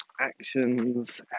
actions